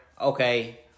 okay